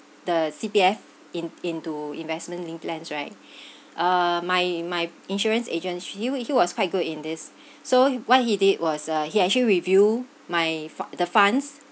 the C_P_F in into investment linked plans right uh my my insurance agent she w~ he was quite good in this so what he did was uh he actually review my for the funds